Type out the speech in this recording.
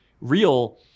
real